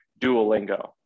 Duolingo